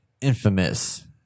infamous